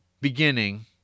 Beginning